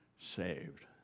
saved